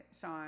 Sean